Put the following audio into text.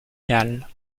galles